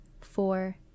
four